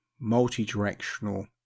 multi-directional